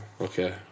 okay